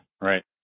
right